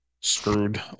screwed